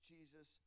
Jesus